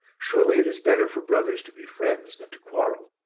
surely it is better for brothers to be friends than to quarrel?